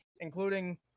including